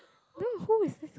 then who is this